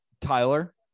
Tyler